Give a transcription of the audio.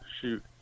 shoot